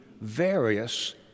various